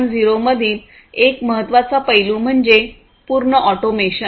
0 मधील एक महत्त्वाचा पैलू म्हणजे पूर्ण ऑटोमेशन